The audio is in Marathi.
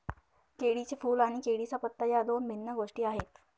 केळीचे फूल आणि केळीचा पत्ता या दोन भिन्न गोष्टी आहेत